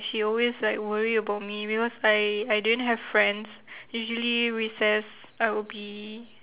she always like worry about me because I I didn't have friends usually recess I would be